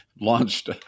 launched